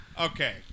okay